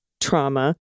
trauma